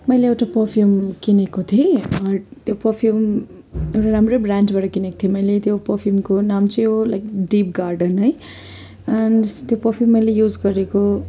मैले एउटा पर्फ्युम किनेको थिएँ बट त्यो फर्फ्युम एउटा राम्रै ब्रान्डबाट किनेको थिएँ मैले त्यो फर्फ्युमको नाम चाहिँ हो लाइक डिप गार्डन है एन्ड त्यो पर्फ्युम मैले युज गरेको